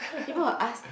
people will ask